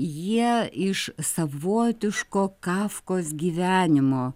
jie iš savotiško kafkos gyvenimo